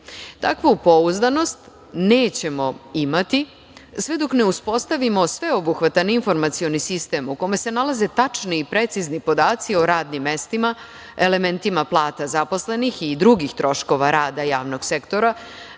Takvu pouzdanost nećemo imati sve dok ne uspostavimo sveobuhvatan informacioni sistem u kome se nalaze tačni i precizni podaci o radnim mestima, elementima plata zaposlenih i drugih troškova rada javnog sektora